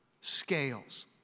Scales